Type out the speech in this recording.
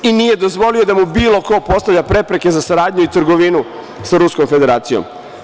I nije dozvolio da mu bilo ko postavlja prepreke za saradnju i trgovinu sa Ruskom Federacijom.